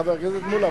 חבר הכנסת מולה,